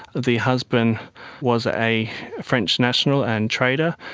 the husband was a french national and trader,